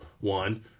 one